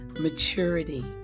maturity